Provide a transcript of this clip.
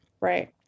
Right